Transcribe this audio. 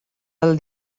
del